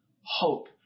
hope